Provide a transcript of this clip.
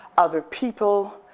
other people,